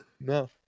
No